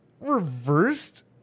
reversed